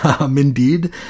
Indeed